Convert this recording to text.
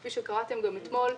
כפי שקראתם גם אתמול,